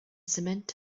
cement